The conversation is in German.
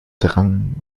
drang